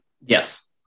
Yes